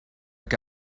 que